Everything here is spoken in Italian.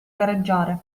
gareggiare